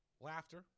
laughter